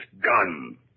gun